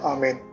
Amen